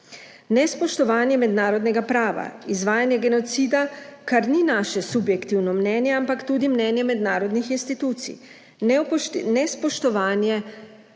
nespoštovanje mednarodnega prava; izvajanje genocida, kar ni naše subjektivno mnenje, ampak tudi mnenje mednarodnih institucij; nespoštovanje